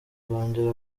nzongera